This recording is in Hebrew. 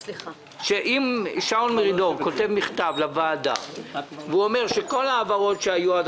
שאם שאול מרידור יכתוב מכתב לוועדה ויאמר שכל ההעברות שהיו עד